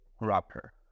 wrapper